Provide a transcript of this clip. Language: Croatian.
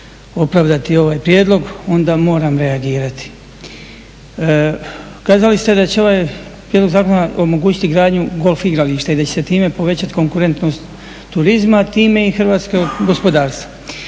opravdati ovaj prijedlog onda moram reagirati. Kazali ste da će ovaj prijedlog zakona omogućiti gradnju golf igrališta i da će se time povećati konkurentnost turizma, a time i hrvatskog gospodarstva.